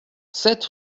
sept